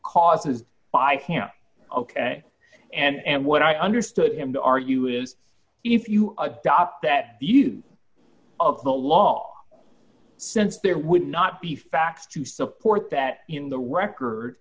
causes by camp ok and what i understood him to argue is if you adopt that the use of the law since there would not be facts to support that in the record